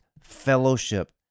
fellowship